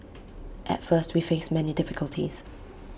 at first we faced many difficulties